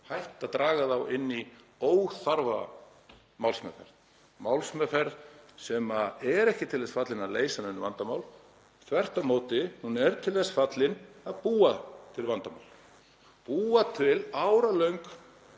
hætt að draga þá inn í óþarfa málsmeðferð, málsmeðferð sem er ekki til þess fallin að leysa nein vandamál, þvert á móti, hún er til þess fallin að búa til vandamál, búa til áralangar